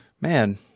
man